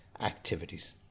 activities